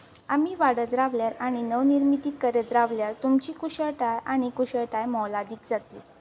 आमी वाडत रावल्यार आनी नवनिर्मिती करत रावल्यार तुमची कुशळटाय आनी कुशळटाय मोलादीक जातली